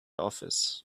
office